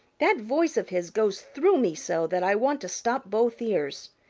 that voice of his goes through me so that i want to stop both ears.